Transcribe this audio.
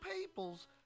peoples